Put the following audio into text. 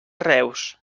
reus